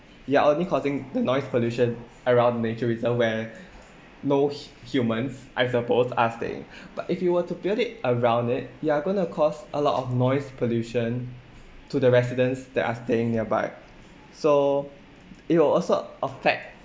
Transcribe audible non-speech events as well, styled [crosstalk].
you are only causing the noise pollution around nature reserve where more humans I suppose as they [breath] but if you were to build it around it you are going to cause a lot of noise pollution to the residents that are staying nearby so it will also affect